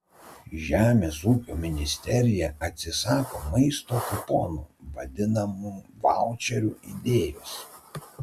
žemės ūkio ministerija atsisako maisto kuponų vadinamų vaučerių idėjos